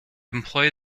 employ